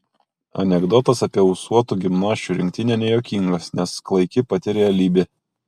anekdotas apie ūsuotą gimnasčių rinktinę nejuokingas nes klaiki pati realybė